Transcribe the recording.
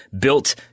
built